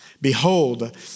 behold